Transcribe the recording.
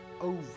over